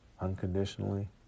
unconditionally